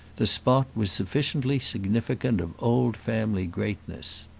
the spot was sufficiently significant of old family greatness.